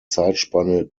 zeitspanne